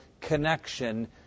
connection